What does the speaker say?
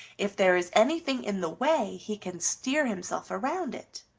if there is anything in the way, he can steer himself around it.